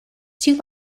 two